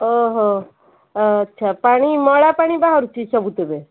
ଓହୋ ଆଚ୍ଛା ପାଣି ମଇଳା ପାଣି ବାହାରୁଛି ସବୁଥିରେ